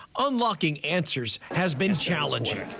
unlocking answers has been challenging.